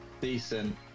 decent